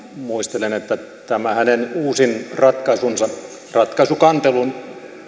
muistelen että tämä hänen uusin ratkaisunsa ratkaisu kanteluun